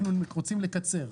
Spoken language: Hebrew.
אנחנו רוצים לקצר.